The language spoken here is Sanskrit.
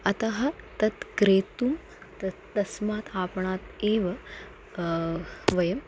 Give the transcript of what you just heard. अतः तत् क्रेतुं तत् तस्मात् आपणात् एव वयं